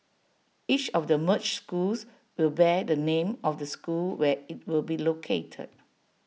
each of the merged schools will bear the name of the school where IT will be located